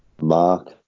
Mark